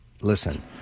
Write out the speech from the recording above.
listen